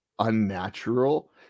unnatural